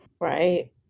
Right